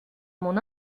mon